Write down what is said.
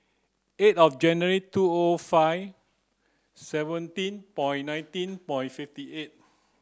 eight of January two O five seventeen by nineteen by fifty eight